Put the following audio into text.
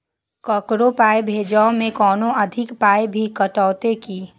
ककरो पाय भेजै मे कोनो अधिक पाय भी कटतै की?